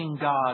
God